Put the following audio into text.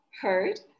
heard